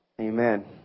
Amen